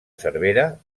cervera